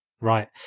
right